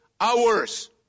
hours